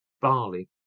barley